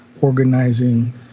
organizing